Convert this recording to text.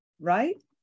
right